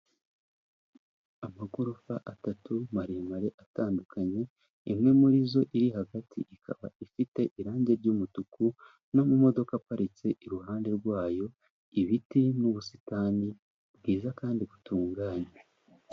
Amagorofa atatu maremare atandukanye imwe muri zo iri hagati ikaba ifite irangi ry'umutuku no n' amamodoka iparitse iruhande rwayo, ibiti n'ubusitani bwiza kandi butunganye.